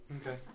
Okay